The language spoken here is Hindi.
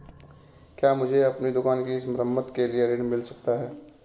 क्या मुझे अपनी दुकान की मरम्मत के लिए ऋण मिल सकता है?